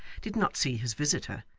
did not see his visitor,